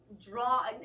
draw